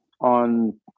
on